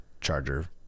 Charger